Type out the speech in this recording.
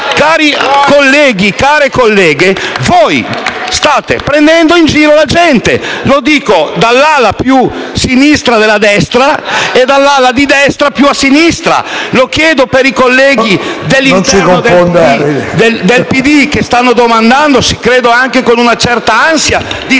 cari colleghi e care colleghe, voi state prendendo in giro la gente. Lo dico dall'ala più sinistra della destra e dall'ala di destra più a sinistra. Lo chiedo per i colleghi del Partito Democratico, che si stanno domandando, anche con un certa ansia, con chi